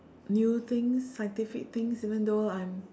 new things scientific things even though I'm